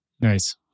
Nice